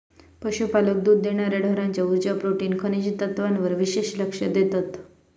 पशुपालक दुध देणार्या ढोरांच्या उर्जा, प्रोटीन, खनिज तत्त्वांवर विशेष लक्ष देतत